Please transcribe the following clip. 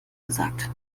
gesagt